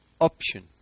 option